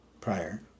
prior